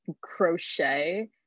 crochet